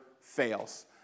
fails